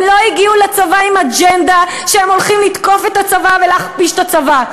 הם לא הגיעו לצבא עם אג'נדה שהם הולכים לתקוף את הצבא ולהכפיש את הצבא.